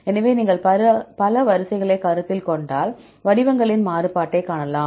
எனவே நீங்கள் பல வரிசைகளைக் கருத்தில் கொண்டால் வடிவங்களின் மாறுபாட்டைக் காணலாம்